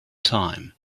time